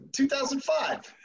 2005